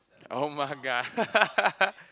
[oh]-my-god